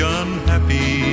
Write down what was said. unhappy